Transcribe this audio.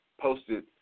posted